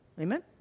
Amen